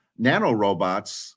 nanorobots